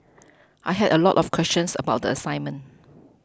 I had a lot of questions about the assignment